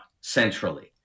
centrally